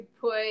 put